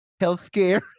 healthcare